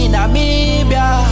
Namibia